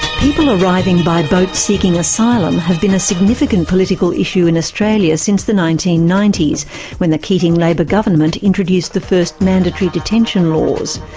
people arriving by boat seeking asylum have been a significant political issue in australia since the nineteen ninety s when the keating labor government introduced the first mandatory detention laws.